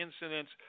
incidents